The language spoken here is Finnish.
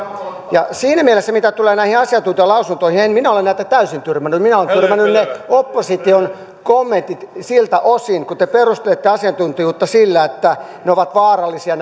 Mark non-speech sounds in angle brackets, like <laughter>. siinä mielessä mitä tulee näihin asiantuntijalausuntoihin en minä ole näitä täysin tyrmännyt minä olen tyrmännyt opposition kommentit siltä osin kuin te perustelette asiantuntijuutta sillä että nämä hallituksen toimenpiteet ovat vaarallisia <unintelligible>